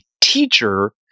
teacher